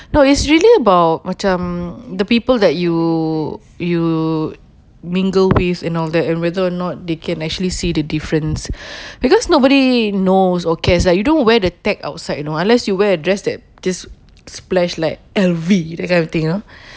no it's really about macam the people that you you mingle with and all that and whether or not they can actually see the difference because nobody knows or cares like you don't wear the tag outside you know unless you wear a dress that just splash like L_V that kind of thing you know